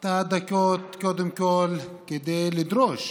את הדקות קודם כול כדי לדרוש